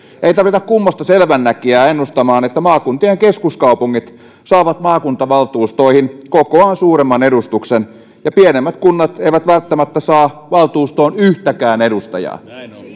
ei tarvita kummoista selvänäkijää ennustamaan että maakuntien keskuskaupungit saavat maakuntavaltuustoihin kokoaan suuremman edustuksen ja pienemmät kunnat eivät välttämättä saa valtuustoon yhtäkään edustajaa